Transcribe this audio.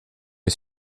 est